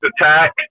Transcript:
attack